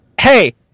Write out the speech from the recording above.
Hey